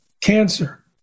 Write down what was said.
cancer